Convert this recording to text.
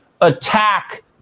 attack